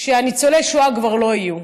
ניצולי השואה כבר לא יהיו.